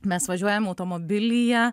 mes važiuojam automobilyje